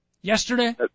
Yesterday